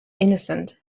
innocent